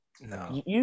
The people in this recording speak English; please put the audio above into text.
no